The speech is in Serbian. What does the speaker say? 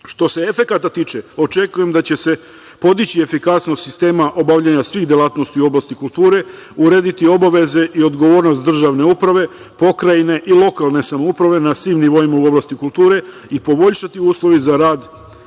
se efekata tiče, očekujem da će se podići efikasnost sistema obavljanja svih delatnosti u oblasti kulture, urediti obaveze i odgovornost državne uprave, pokrajine i lokalne samouprave na svim nivoima u oblasti kulture i poboljšati uslovi za rad